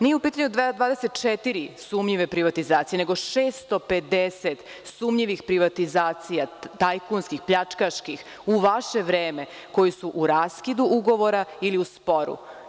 Nije u pitanju 24 sumnjive privatizacije, nego 650 sumnjivih privatizacija, tajkunskih, pljačkaških, u vaše vreme, koje su u raskidu ugovora ili u sporu.